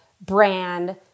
brand